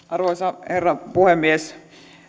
arvoisa herra puhemies